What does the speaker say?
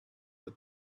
the